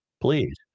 Please